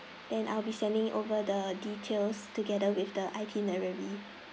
and I'll be sending over the details together with the itinerary